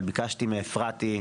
אבל ביקשתי מאפרתי,